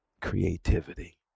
creativity